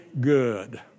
good